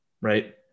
right